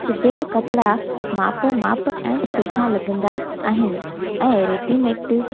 सिबियलु कपड़ा मापो मापु ऐं सुठा लॻंदा आहिनि ऐं रेडीमेड